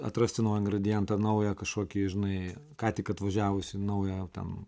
atrasti naują gradientą naują kažkokį žinai ką tik atvažiavusi į naują ten